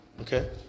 Okay